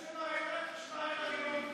בוא נדבר על הנתונים של מערכת החינוך.